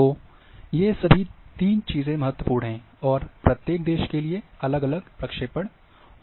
तो ये सभी तीन चीजें महत्वपूर्ण हैं और प्रत्येक देश के लिए अलग प्रक्षेपण उपलब्ध हैं